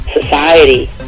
society